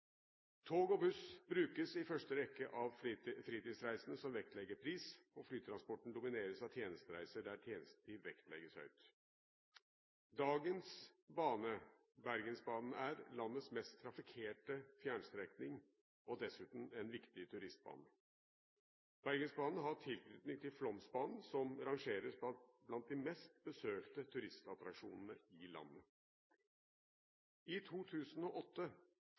Tog og buss brukes i første rekke av fritidsreisende som vektlegger pris, og flytransporten domineres av tjenestereiser der reisetid vektlegges høyt. Dagens bane, Bergensbanen, er landets mest trafikkerte fjernstrekning og dessuten en viktig turistbane. Bergensbanen har tilknytning til Flåmsbanen, som rangeres blant de mest besøkte turistattraksjonene i landet. I 2008